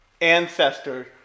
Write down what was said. ancestors